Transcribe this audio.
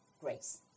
grace